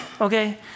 okay